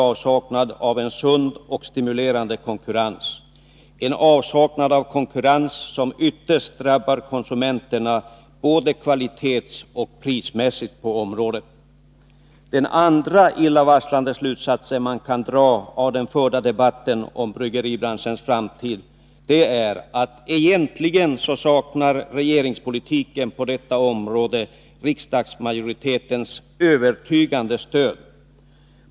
Avsaknaden av en sund och stimulerande konkurrens drabbar ytterst konsumenterna på området, både kvalitetsmässigt och prismässigt. Den andra illavarslande slutsats som man kan dra av den förda debatten om bryggeribranschens framtid är att regeringspolitiken på detta område egentligen saknar riksdagsmajoritetens övertygande stöd.